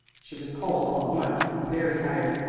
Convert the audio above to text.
she was cold all at once and very tired,